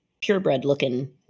purebred-looking